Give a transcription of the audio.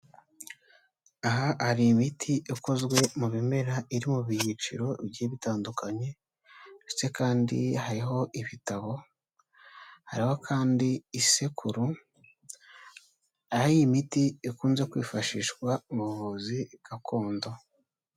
Aha hari imiti ikozwe mu bimera iri mu byiciro bigiye bitandukanye ndetse kandi hariho ibitabo, hariho kandi isekuru aho iyi imiti ikunze kwifashishwa muvuzi gakondo.